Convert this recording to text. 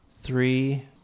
Three